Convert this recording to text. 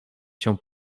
się